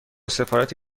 سفارت